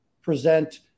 present